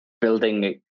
building